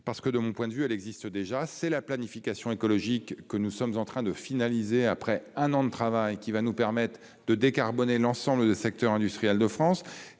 mais, à mon sens, celle-ci existe déjà. Il s'agit de la planification écologique que nous sommes en train de finaliser après un an de travail et qui nous permettra de décarboner l'ensemble des secteurs industriels de la France.